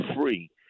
free